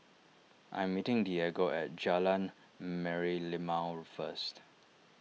I am meeting Diego at Jalan Merlimau first